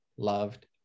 loved